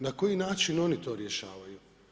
Na koji način oni to rješavaju?